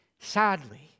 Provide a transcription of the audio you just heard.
Sadly